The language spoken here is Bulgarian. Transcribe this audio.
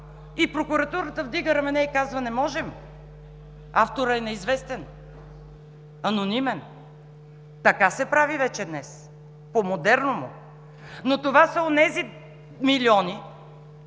и Прокуратурата вдига рамене и казва: „Не можем. Авторът е неизвестен, анонимен“. Така се прави вече днес – по модерному. Но това са онези 45 милиона,